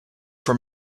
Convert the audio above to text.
for